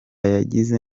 yagize